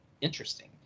interesting